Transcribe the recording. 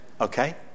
okay